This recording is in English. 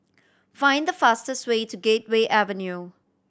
find the fastest way to Gateway Avenue